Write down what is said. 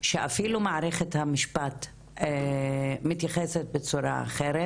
שאפילו מערכת המשפט מתייחסת בצורה אחרת.